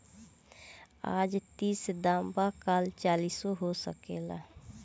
आज तीस दाम बा काल चालीसो हो सकेला